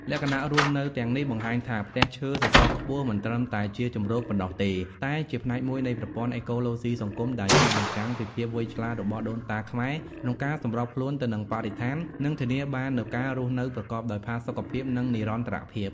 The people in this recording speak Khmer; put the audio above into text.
លក្ខណៈរស់នៅទាំងនេះបង្ហាញថា ផ្ទះឈើសសរខ្ពស់មិនត្រឹមតែជាជម្រកប៉ុណ្ណោះទេ តែជាផ្នែកមួយនៃប្រព័ន្ធអេកូឡូស៊ីសង្គមដែលឆ្លុះបញ្ចាំងពីភាពវៃឆ្លាតរបស់ដូនតាខ្មែរក្នុងការសម្របខ្លួនទៅនឹងបរិស្ថាន និងធានាបាននូវការរស់នៅប្រកបដោយផាសុកភាព និងនិរន្តរភាព ។